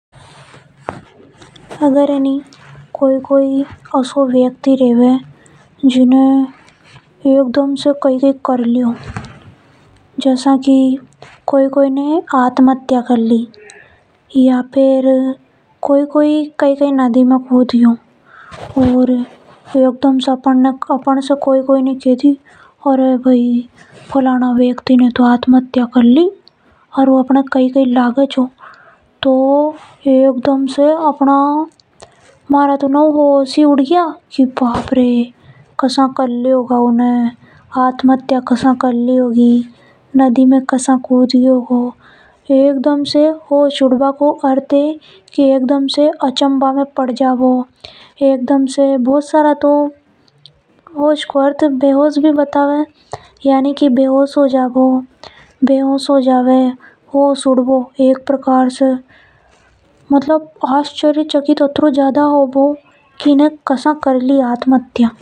अगर कोई कोई असो व्यक्ति रेवे जीने कई कई कर लियो जसा की कोई ने आत्महत्या कर ली या फेर कोई नदी में कूद गयो। और अपन से कोई ने के दी की अरे भाई आज तो फलाना ने आत्महत्या कर ली। और उ आप अपने कई कई लगे तो सुनता ही मारा तो होश ही उड़ गया। की बाप रे उन्हें आत्महत्या कसा कर ली होगी। होश उड़ना की अर्थ है कि अचानक अचंभा में पड़ जाबो। एक प्रकार से बेहोश हो जाबो।